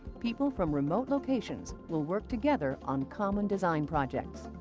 people from remote locations will work together on common design projects.